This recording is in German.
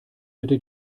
bitte